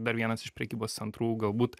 dar vienas iš prekybos centrų galbūt